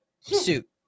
suit